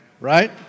Right